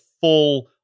full